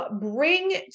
bring